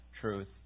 truth